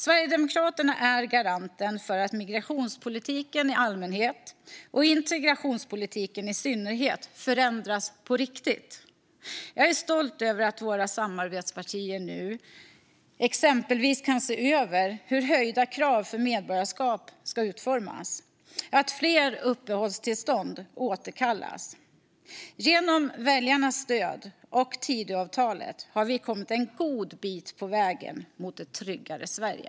Sverigedemokraterna är garanten för att migrationspolitiken i allmänhet och integrationspolitiken i synnerhet förändras på riktigt. Jag är stolt över att våra samarbetspartier nu exempelvis kan se över hur höjda krav för medborgarskap ska utformas och se till att fler uppehållstillstånd återkallas. Genom väljarnas stöd och Tidöavtalet har vi kommit en god bit på vägen mot ett tryggare Sverige.